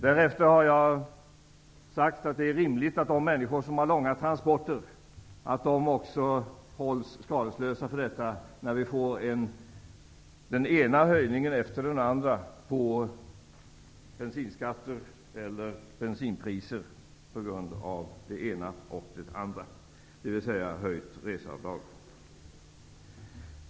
Därefter har jag sagt att det är rimligt att människor som har långa transportvägar hålls skadeslösa när vi får den ena höjningen efter den andra av bensinskatter eller bensinpriser av ett eller annat skäl. Det gäller alltså höjt reseavdrag.